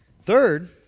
Third